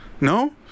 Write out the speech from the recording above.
No